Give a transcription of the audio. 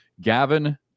Gavin